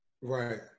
Right